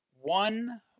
one